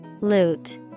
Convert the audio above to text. Loot